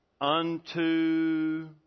Unto